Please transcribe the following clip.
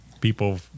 people